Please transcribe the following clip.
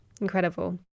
Incredible